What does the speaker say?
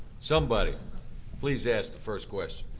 somebody please ask the first question.